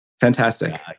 Fantastic